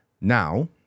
Now